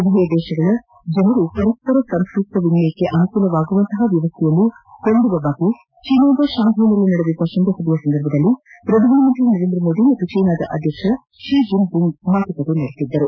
ಉಭಯ ದೇಶಗಳ ಜನರು ಪರಸ್ವರ ಸಾಂಸ್ಕೃತಿ ವಿನಿಯಮಕ್ಕೆ ಅನುಕೂಲವಾಗುವ ವ್ಯವಸ್ಥೆ ರೂಪಿಸುವ ಕುರಿತು ಚೀನಾದ ಶಾಂಘೈನಲ್ಲಿ ನಡೆದಿದ್ದ ಶೃಂಗಸಭೆಯ ಸಂದರ್ಭದಲ್ಲಿ ಪ್ರಧಾನಿ ನರೇಂದ್ರ ಮೋದಿ ಹಾಗೂ ಚೀನಾ ಅಧ್ಯಕ್ಷ ಕ್ಸಿ ಜಿನ್ಪಿಂಗ್ ಮಾತುಕತೆ ನಡೆಸಿದ್ದರು